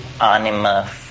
anima